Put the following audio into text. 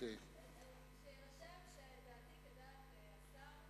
שיירשם שדעתי כדעת השר,